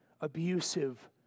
abusive